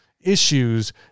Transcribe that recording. issues